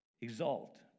Exalt